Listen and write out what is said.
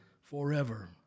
forever